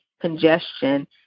congestion